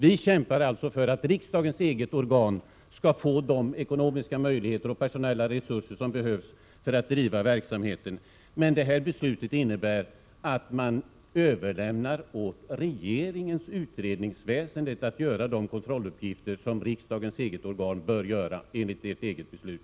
Vi kämpar för att riksdagens eget organ skall få de ekonomiska möjligheter och personella resurser som behövs för att driva verksamheten. Beslutet innebär dock att man överlåter åt regeringens utredningsväsende att utföra de kontrolluppgifter som riksdagens eget organ bör göra, enligt ert eget beslut.